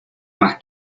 más